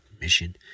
mission